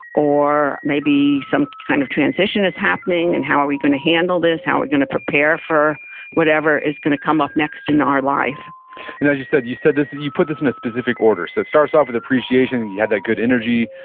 or maybe some kind of transition is happening, and how are we gonna handle this, how we're gonna prepare for whatever is gonna come up next in our life and as you said, you said this, you put this in a specific order. so it starts off with appreciation, you you have that good energy.